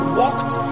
walked